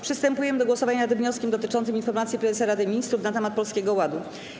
Przystępujemy do głosowania nad wnioskiem dotyczącym informacji prezesa Rady Ministrów na temat Polskiego Ładu.